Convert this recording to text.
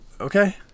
Okay